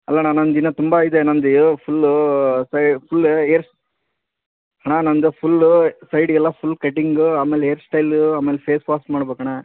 ಅಲ್ಲಣ್ಣ ನಂದು ಇನ್ನೂ ತುಂಬ ಇದೆ ನಂದು ಯ ಫುಲ್ಲು ಫುಲ್ಲು ಏರ್ ಅಣ್ಣ ನನ್ನದು ಫುಲ್ಲು ಸೈಡ್ಗೆಲ್ಲ ಫುಲ್ ಕಟಿಂಗು ಆಮೇಲೆ ಏರ್ಸ್ಟೈಲು ಆಮೇಲೆ ಫೇಸ್ ವಾಸ್ ಮಾಡ್ಬೇಕಣ್ಣ